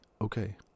okay